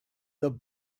that